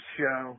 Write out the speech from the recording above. show